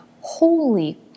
holy